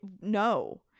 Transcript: No